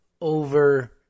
over